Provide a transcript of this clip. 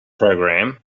program